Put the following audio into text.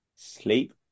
Sleep